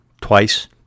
twice